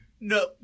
No